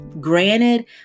Granted